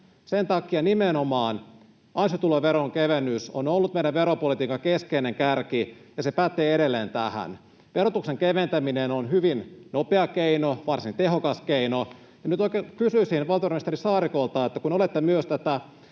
Sen takia nimenomaan ansiotuloveron kevennys on ollut meidän veropolitiikkamme keskeinen kärki, ja se pätee edelleen tähän. Verotuksen keventäminen on hyvin nopea keino, varsin tehokas keino. Ja nyt kysyisin valtiovarainministeri Saarikolta: kun olette myös